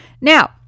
Now